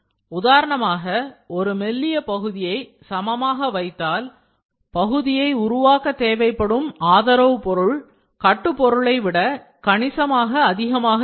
உதாரணமாக ஒரு மெல்லிய பகுதியை சமமாக வைத்தால் உருவாக்க தேவைப்படும் ஆதரவு பொருள் கட்டு பொருளைவிட கணிசமாக அதிகமாக இருக்கும்